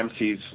MCs